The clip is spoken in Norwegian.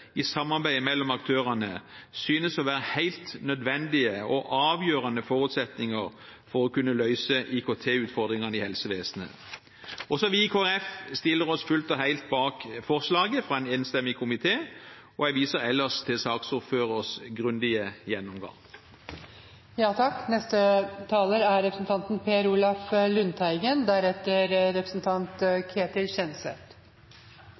i samarbeidet mellom aktørene – synes å være helt nødvendige og avgjørende forutsetninger for å kunne løse IKT-utfordringene i helsevesenet. Også vi i Kristelig Folkeparti stiller oss fullt og helt bak forslaget fra en enstemmig komité, og jeg viser ellers til saksordførerens grundige gjennomgang. Det er